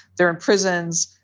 they're in prisons.